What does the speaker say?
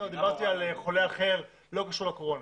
דיברתי על חולה אחר, לא קשור לקורונה.